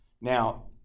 Now